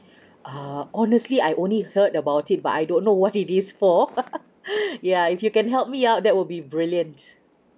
err honestly I only heard about it but I don't know what it is for yeah if you can help me out that will be brilliant